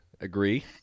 Agree